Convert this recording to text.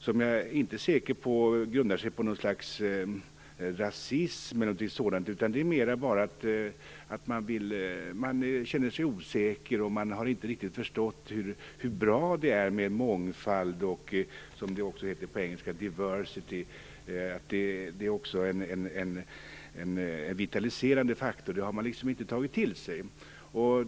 Jag är inte säker på att den grundar sig på något slags rasism eller något sådant, utan det är mera att man bara känner sig osäker och inte riktigt har förstått hur bra det är med mångfald och diversity, som det heter på engelska. Man har liksom inte tagit till sig att det är en vitaliserande faktor.